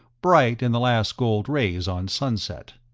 bright in the last gold rays on sunset.